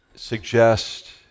Suggest